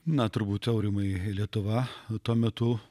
na turbūt aurimai lietuva tuo metu